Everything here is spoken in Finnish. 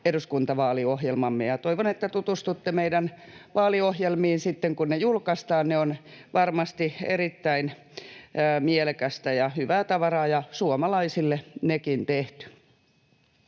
eduskuntavaaliohjelmamme. Toivon, että tutustutte meidän vaaliohjelmiin sitten, kun ne julkaistaan. Ne ovat varmasti erittäin mielekästä ja hyvää tavaraa, ja suomalaisille nekin tehty.